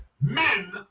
men